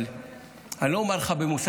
אבל אני לא אומר לך במושגים,